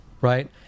right